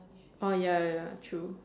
oh ya ya ya true